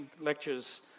lectures